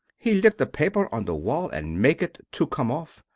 he lick the paper on the wall and make it to come off.